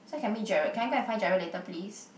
so I can meet Gerald can I go and find Gerald later please